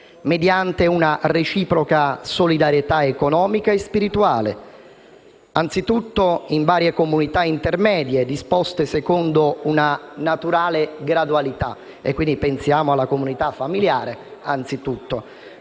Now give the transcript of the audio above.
mediante una reciproca solidarietà economica e spirituale in varie comunità intermedie, disposte secondo una naturale gradualità. Pensiamo alla comunità familiare, anzitutto,